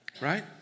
right